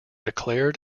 declared